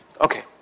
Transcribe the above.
Okay